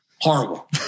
horrible